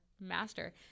master